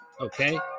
Okay